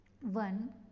one